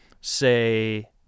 say